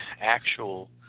actual